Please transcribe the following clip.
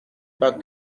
pas